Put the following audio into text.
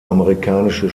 amerikanische